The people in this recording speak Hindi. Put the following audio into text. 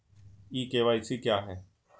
ई के.वाई.सी क्या है?